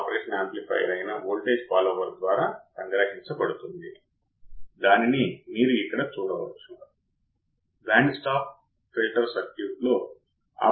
కాబట్టి input offset voltage op ampసున్నా అనే పరిస్థితిని పరిగణనలోకి తీసుకున్నప్పుడు ఇన్పుట్ ఆఫ్సెట్ కరెంట్ కొలవవచ్చు